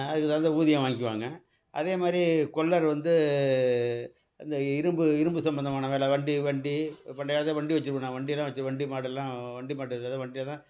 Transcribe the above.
அதுக்கு தகுந்த ஊதியம் வாங்கிக்குவாங்க அதே மாதிரி கொள்ளர் வந்து அந்த இரும்பு இரும்பு சம்பந்தமான வேலை வண்டி வண்டி பண்டைய காலத்தில் வண்டி வெச்சுருப்போம் நான் வண்டியெல்லாம் வெச்சு வண்டி மாடெல்லாம் வண்டி மாடு இருக்காது வண்டியில் தான்